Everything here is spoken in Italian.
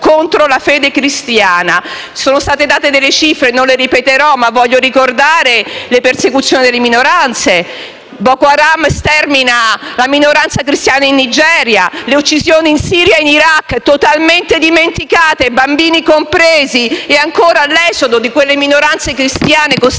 contro la fede cristiana. Sono state date delle cifre, non le ripeterò, ma voglio ricordare le persecuzioni delle minoranze. Boko Haram stermina la minoranza cristiana in Nigeria. Ricordo anche le uccisioni in Siria e in Iraq totalmente dimenticate, bambini compresi e, ancora, l'esodo di quelle minoranze cristiane costrette a